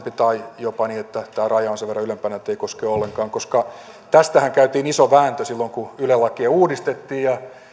tai jopa niin että tämä raja on sen verran ylempänä ettei se koske ollenkaan tästähän käytiin iso vääntö silloin kun yle lakia uudistettiin ja